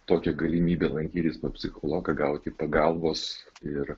tokią galimybę lankytis pas psichologą gauti pagalbos ir